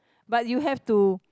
but you have to